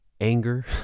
anger